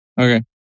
Okay